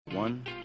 One